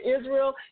Israel